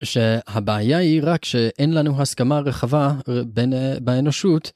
שהבעיה היא רק שאין לנו הסכמה רחבה בין, באנושות.